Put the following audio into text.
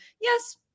yes